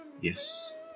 yes